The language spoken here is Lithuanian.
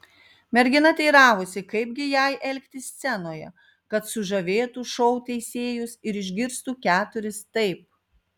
mergina teiravosi kaip gi jai elgtis scenoje kad sužavėtų šou teisėjus ir išgirstų keturis taip